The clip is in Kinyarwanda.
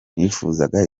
nifuzaga